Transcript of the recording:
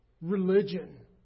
religion